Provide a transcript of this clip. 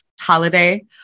holiday